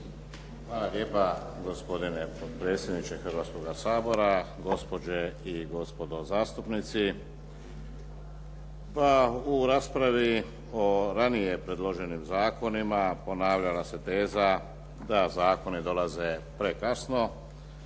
Hvala lijepa, gospodine potpredsjedniče Hrvatskoga sabora, gospođe i gospodo zastupnici. Pa u raspravi o ranije predloženim zakonima ponavljala se teza da zakoni dolaze prekasno.